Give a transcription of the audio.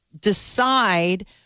decide